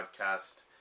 podcast